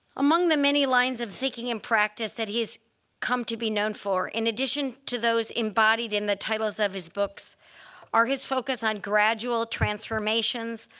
among the many lines of thinking and practice it he's come to be known for in addition to those embodied in the titles of his books are his focus on gradual transformations,